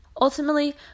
ultimately